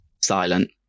silent